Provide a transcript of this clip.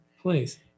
Please